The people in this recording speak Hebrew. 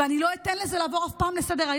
ואני לא אתן לזה לעבור אף פעם לסדר-היום.